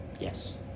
Yes